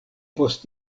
post